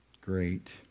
great